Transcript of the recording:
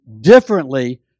differently